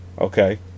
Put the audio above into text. okay